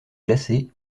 glacée